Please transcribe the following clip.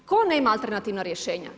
Tko nema alternativna rješenja?